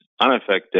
unaffected